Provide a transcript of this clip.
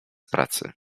pracy